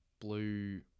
Blue